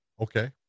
Okay